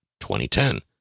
2010